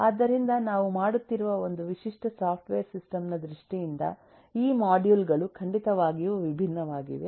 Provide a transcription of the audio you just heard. ಆದ್ದರಿಂದ ನಾವು ಮಾಡುತ್ತಿರುವ ಒಂದು ವಿಶಿಷ್ಟ ಸಾಫ್ಟ್ವೇರ್ ಸಿಸ್ಟಮ್ ನ ದೃಷ್ಟಿಯಿಂದ ಈ ಮಾಡ್ಯೂಲ್ ಗಳು ಖಂಡಿತವಾಗಿಯೂ ವಿಭಿನ್ನವಾಗಿವೆ